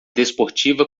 desportiva